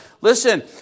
Listen